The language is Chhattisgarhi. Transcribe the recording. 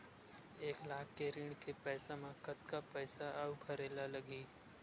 एक लाख के ऋण के पईसा म कतका पईसा आऊ भरे ला लगही?